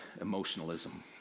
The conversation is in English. emotionalism